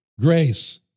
grace